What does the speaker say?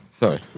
Sorry